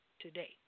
Today